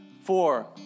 four